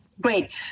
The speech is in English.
Great